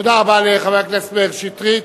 תודה רבה לחבר הכנסת שטרית.